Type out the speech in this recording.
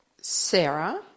Sarah